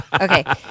Okay